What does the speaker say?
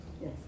Yes